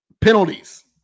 penalties